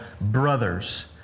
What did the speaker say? brothers